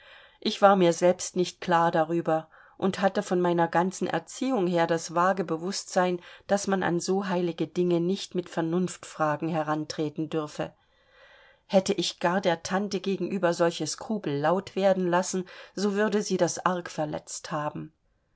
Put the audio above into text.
ich war mir selbst nicht klar darüber und hatte von meiner ganzen erziehung her das vage bewußtsein daß man an so heilige dinge nicht mit vernunftfragen herantreten dürfe hätte ich gar der tante gegenüber solche skrupel laut werden lassen so würde sie das arg verletzt haben